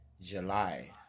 July